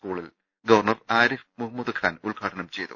സ്കൂളിൽ ഗവർണർ ആരിഫ് മുഹമ്മദ്ഖാൻ ഉദ്ഘാടനം ചെയ്തു